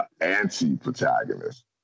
anti-protagonist